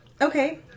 okay